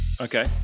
Okay